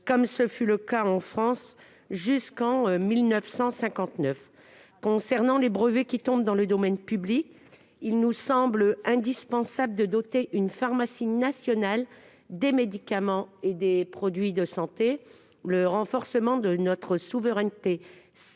comme ce fut le cas en France jusqu'en 1959. Concernant les brevets qui tombent dans le domaine public, il nous semble indispensable de doter une pharmacie nationale des médicaments et des produits de santé. Le renforcement de notre souveraineté sanitaire